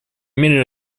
мере